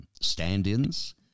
stand-ins